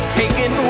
taken